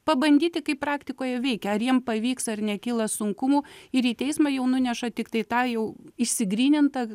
pabandyti kaip praktikoje veikia ar jiem pavyks ar nekyla sunkumų ir į teismą jau nuneša tiktai tą jau išsigrynintą